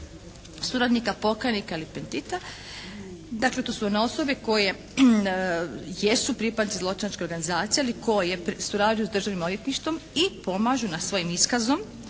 suradnika, pokajnika ili …/Govornik se ne razumije./…, dakle to su one osobe koji jesu pripadnici zločinačke organizacije ali koje surađuju s državnim odvjetništvom i pomažu svojim iskazom